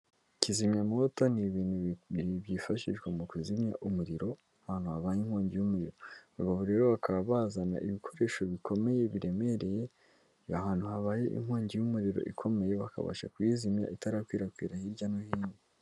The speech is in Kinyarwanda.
Kizimyamwoto ni ibintu byifashishwa mu kuzimya umuriro ahantu habayeye inkongi y'umuriro, aba rero bakaba bazana ibikoresho bikomeye biremereye ahantu habaye inkongi y'umuriro ikomeye bakabasha kuyizimya itarakwirakwira hirya no hino.